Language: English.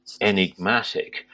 enigmatic